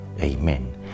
Amen